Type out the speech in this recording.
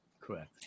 Correct